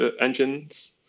engines